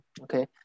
Okay